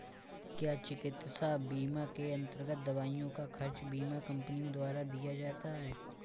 क्या चिकित्सा बीमा के अन्तर्गत दवाइयों का खर्च बीमा कंपनियों द्वारा दिया जाता है?